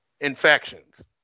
infections